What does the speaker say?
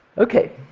ok,